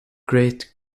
great